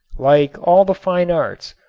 like all the fine arts,